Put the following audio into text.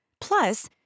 Plus